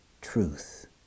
truth